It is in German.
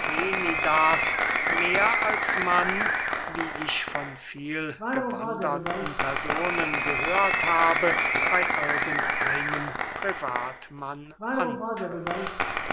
mehr als man wie ich von vielgewanderten personen gehört habe bey irgend einem privatmann antrifft